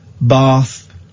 Bath